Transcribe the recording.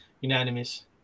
unanimous